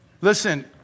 Listen